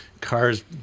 Cars